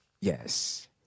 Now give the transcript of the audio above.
Yes